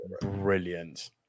brilliant